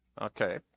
Okay